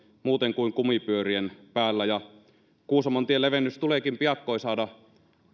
muuten kuin kumipyörien päällä ja kuusamontien levennys tuleekin piakkoin saada